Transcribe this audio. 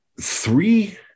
three